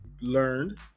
learned